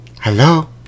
Hello